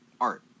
art